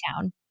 town